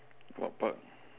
what part